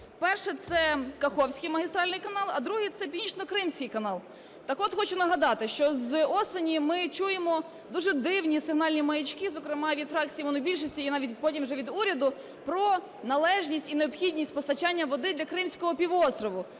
Перший – це Каховський магістральний канал, а другий – це Північнокримський канал. Так от хочу нагадати, що з осені ми чуємо дуже дивні сигнальні маячки, зокрема, від фракції монобільшості і навіть потім вже від уряду, про належність і необхідність постачання води для Кримського півострову.